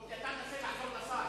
לא, כי אתה מנסה לעזור לשר.